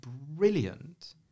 brilliant